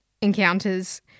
encounters